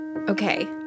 Okay